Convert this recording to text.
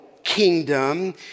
Kingdom